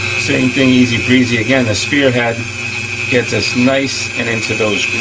same thing, easy breezy, again, the spearhead gets us nice and into those